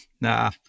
nah